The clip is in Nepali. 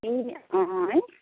ए अँ है